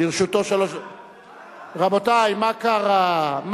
לרשותו שלוש, רבותי, מה קרה?